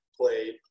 played